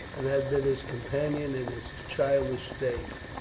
and had been his companion in his childish days,